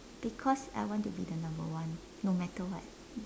because I want to be the number one no matter what